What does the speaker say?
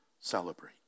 celebrate